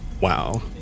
Wow